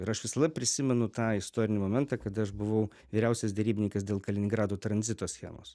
ir aš visada prisimenu tą istorinį momentą kada aš buvau vyriausias derybininkas dėl kaliningrado tranzito schemos